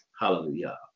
Hallelujah